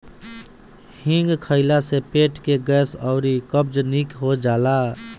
हिंग खइला से पेट के गैस अउरी कब्ज निक हो जाला